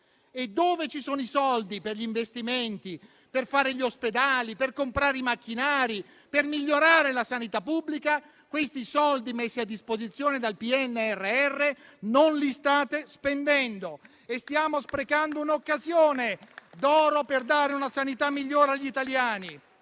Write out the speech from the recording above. Dove sono i soldi per gli investimenti, per fare gli ospedali, per comprare i macchinari, per migliorare la sanità pubblica? Questi soldi messi a disposizione dal PNRR non li state spendendo e stiamo sprecando un'occasione d'oro per dare una sanità migliore agli italiani.